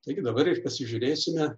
taigi dabar ir pasižiūrėsime